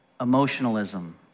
emotionalism